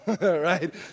right